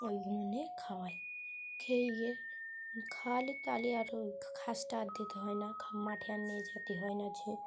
ওইগুলো নিয়ে খাওয়ায় খেয়ে গিয়ে খাওয়ালে তাহলে আর ওই ঘাসটা আর দিতে হয় না ঘা মাঠে আর নিয়ে যেতে হয় না যে